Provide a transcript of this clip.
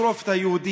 לשרוף את היהודים,